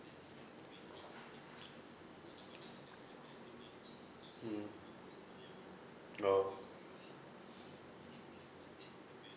mm oh